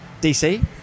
DC